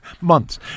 months